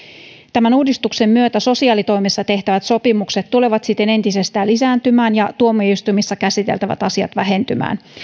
tämän uudistuksen myötä sosiaalitoimessa tehtävät sopimukset tulevat siten entisestään lisääntymään ja tuomioistuimissa käsiteltävät asiat vähentymään